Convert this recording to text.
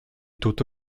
tutto